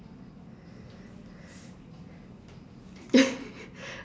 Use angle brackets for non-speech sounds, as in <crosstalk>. <laughs>